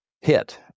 hit